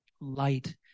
light